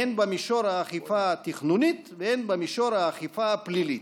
הן במישור האכיפה התכנונית והן במישור האכיפה הפלילית,